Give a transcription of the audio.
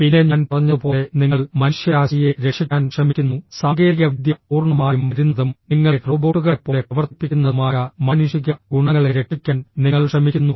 പിന്നെ ഞാൻ പറഞ്ഞതുപോലെ നിങ്ങൾ മനുഷ്യരാശിയെ രക്ഷിക്കാൻ ശ്രമിക്കുന്നു സാങ്കേതികവിദ്യ പൂർണ്ണമായും വരുന്നതും നിങ്ങളെ റോബോട്ടുകളെപ്പോലെ പ്രവർത്തിപ്പിക്കുന്നതുമായ മാനുഷിക ഗുണങ്ങളെ രക്ഷിക്കാൻ നിങ്ങൾ ശ്രമിക്കുന്നു